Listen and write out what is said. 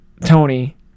Tony